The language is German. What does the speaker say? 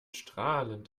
strahlend